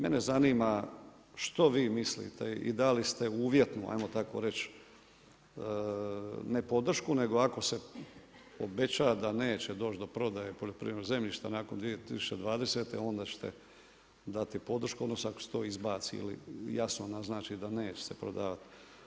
Mene zanima što vi mislite i dali ste uvjetnu ajmo tako reći ne podršku nego ako se obeća da neće doći do prodaje poljoprivrednog zemljišta nakon 2020. onda ćete dati podršku, odnosno ako se to izbaci ili jasno naznači da neće se prodavati.